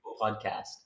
podcast